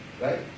right